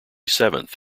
seventh